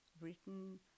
written